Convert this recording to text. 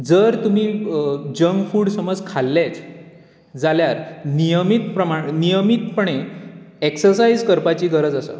जर तुमी junk food समज खाल्लेंच जाल्यार नियमीत प्रमाण नियमीतपणी एक्सर्सायज करपाची गरज आसा